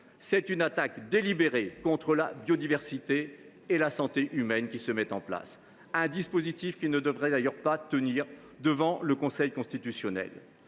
est une attaque délibérée contre la biodiversité et la santé humaine. Ce dispositif ne devrait d’ailleurs pas tenir devant le Conseil constitutionnel.